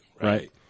right